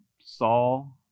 Saul